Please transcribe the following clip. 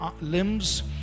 limbs